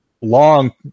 long